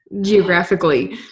Geographically